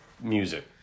Music